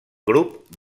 grup